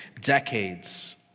decades